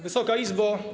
Wysoka Izbo!